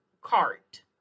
cart